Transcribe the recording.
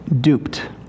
duped